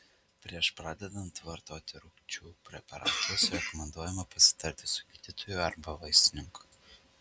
prieš pradedant vartoti rūgčių preparatus rekomenduojama pasitarti su gydytoju arba vaistininku